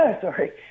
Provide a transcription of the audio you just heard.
Sorry